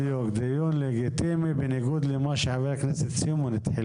בדיוק דיון לגיטימי בניגוד למה שחבר הכנסת סימון התחיל